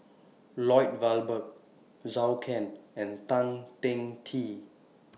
Lloyd Valberg Zhou Can and Tan Teng Kee